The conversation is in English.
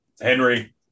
Henry